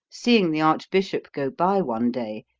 seeing the archbishop go by one day,